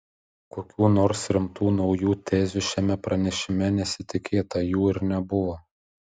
kokių nors rimtų naujų tezių šiame pranešime nesitikėta jų ir nebuvo